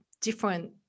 different